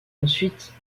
ensuite